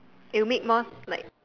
it would make more like